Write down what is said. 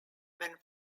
when